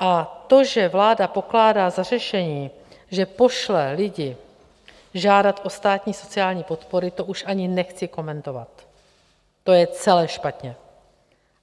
A to, že vláda pokládá za řešení, že pošle lidi žádat o státní sociální podpory, to už ani nechci komentovat, to je celé špatně